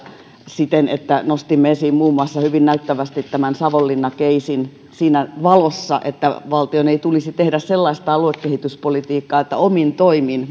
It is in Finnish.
siten että nostimme esiin hyvin näyttävästi muun muassa tämän savonlinna casen siinä valossa että valtion ei tulisi tehdä sellaista aluekehityspolitiikkaa että omin toimin